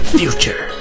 future